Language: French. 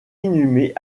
inhumée